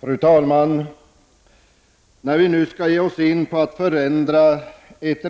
Fru talman! När vi nu skall ge oss in på att förändra ett